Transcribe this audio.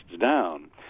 down